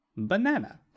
Banana